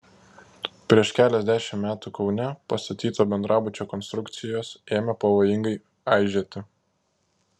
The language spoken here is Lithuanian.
prieš keliasdešimt metų kaune pastatyto bendrabučio konstrukcijos ėmė pavojingai aižėti